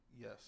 Yes